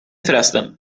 förresten